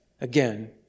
again